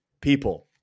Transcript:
People